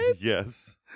Yes